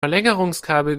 verlängerungskabel